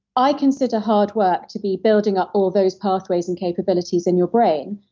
i consider hard work to be building up all those pathways and capabilities in your brain,